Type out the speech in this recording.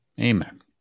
amen